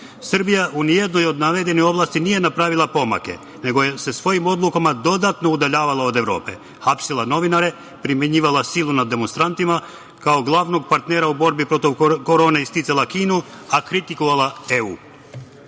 Srbija u ni jednoj od navedenih oblasti nije napravila pomake, nego se svojim odlukama dodatno udaljavala od Evrope, hapsila novinare, primenjivala silu na demonstrantima, kao glavnog partnera u borbi protiv korone isticala Kinu, a kritikovala